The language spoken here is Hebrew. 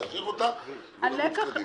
לאשר אותה ולרוץ קדימה.